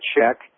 check